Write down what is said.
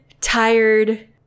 tired